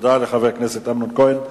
תודה לחבר הכנסת אמנון כהן.